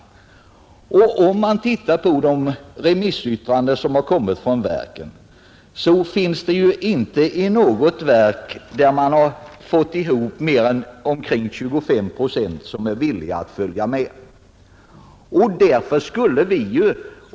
Om man tittar på de remissyttranden som kommit från verken finner man att det inte finns något verk där man fått ihop mer än omkring 25 procent som är villiga att flytta.